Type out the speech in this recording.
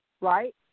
right